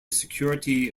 security